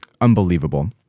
unbelievable